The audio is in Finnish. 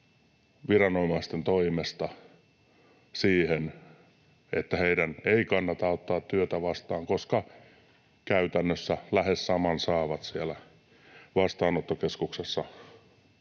viranomaisten toimesta siihen, että heidän ei kannata ottaa työtä vastaan, koska käytännössä lähes saman saavat siellä vastaanottokeskuksessa